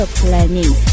planning